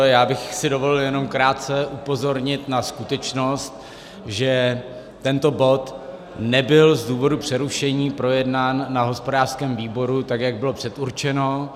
Já bych si dovolil jenom krátce upozornit na skutečnost, že tento bod nebyl z důvodu přerušení projednán na hospodářském výboru, tak jak bylo předurčeno.